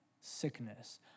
sickness